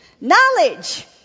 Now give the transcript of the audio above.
Knowledge